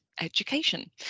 education